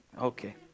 Okay